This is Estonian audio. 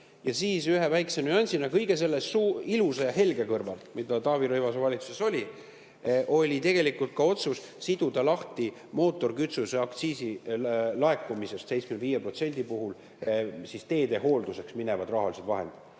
ja siis ühe väikese nüansina kõige selle ilusa ja helge kõrval, mis Taavi Rõivase valitsuses oli, tehti tegelikult ka otsus siduda lahti mootorikütuse aktsiisi laekumisest 75% puhul teedehoolduseks minevad rahalised vahendid.